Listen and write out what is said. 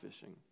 fishing